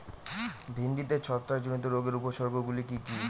ভিন্ডিতে ছত্রাক জনিত রোগের উপসর্গ গুলি কি কী?